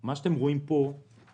מה שאתם רואים פה זה